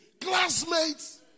Classmates